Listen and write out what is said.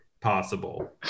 possible